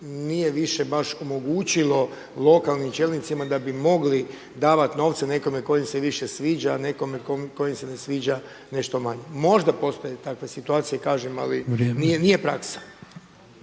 nije više baš omogućilo lokalnim čelnicima da bi mogli davati novce nekome tko im se više sviđa, nekome tko im se ne sviđa nešto manje. Možda postoje takve situacije kažem ali nije praksa.